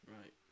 right